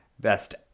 Best